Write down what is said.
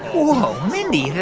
whoa, mindy.